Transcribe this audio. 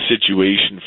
situation